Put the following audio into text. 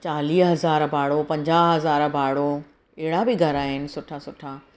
चालीह हज़ार भाड़ो पंजाह हज़ार भाड़ो अहिड़ा बि घर आहिनि सुठा सुठा